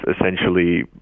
essentially